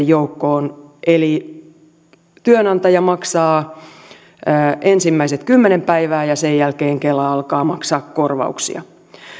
joukkoon eli työnantaja maksaa ensimmäiset kymmenen päivää ja sen jälkeen kela alkaa maksaa korvauksia